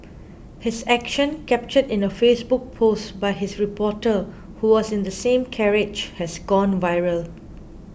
his action captured in a Facebook post by this reporter who was in the same carriage has gone viral